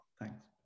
Thanks